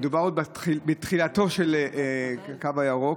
מדובר עוד בתחילתו של הקו הירוק.